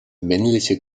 männliche